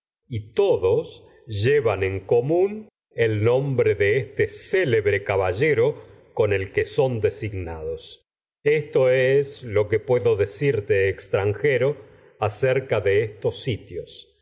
y todos llevan con común el nombre de son este célebre caballero el que designados esto de estos si por es lo que no puedo decirte extranjero acerca tios